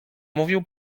mówił